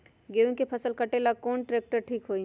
गेहूं के फसल कटेला कौन ट्रैक्टर ठीक होई?